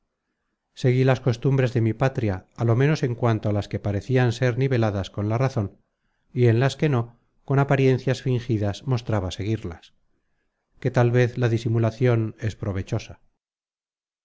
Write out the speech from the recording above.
seguí las costumbres de mi patria á lo ménos en cuanto a las que parecian ser niveladas con la razon y en las que no con apariencias fingidas mostraba seguirlas que tal vez la disimulacion es provechosa